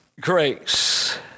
grace